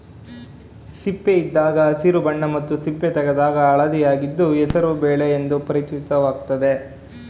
ಸಿಪ್ಪೆಯಿದ್ದಾಗ ಹಸಿರು ಬಣ್ಣ ಮತ್ತು ಸಿಪ್ಪೆ ತೆಗೆದಾಗ ಹಳದಿಯಾಗಿದ್ದು ಹೆಸರು ಬೇಳೆ ಎಂದು ಪರಿಚಿತವಾಗಯ್ತೆ